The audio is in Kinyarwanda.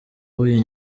w’uyu